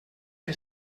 que